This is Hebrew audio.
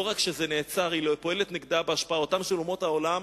לא רק שזה נעצר אלא היא פועלת נגדו בהשפעתן של אומות העולם,